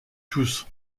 tous